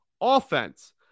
Offense